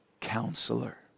Counselor